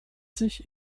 sich